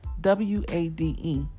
W-A-D-E